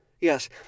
yes